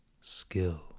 skill